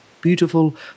beautiful